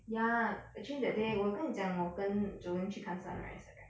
ya actually that day 我有跟你讲我跟 jolene 去看 sunrise right